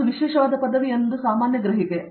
ಮತ್ತು ಅದು ವಿಶೇಷವಾದ ಪದವಿ ಎಂದು ಸಾಮಾನ್ಯ ಗ್ರಹಿಕೆ